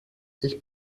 ich